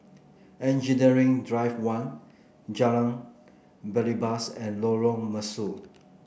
Engineering Drive One Jalan Belibas and Lorong Mesu